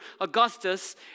Augustus